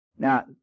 Now